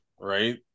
right